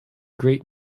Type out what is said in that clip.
great